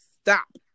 Stop